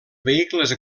vehicles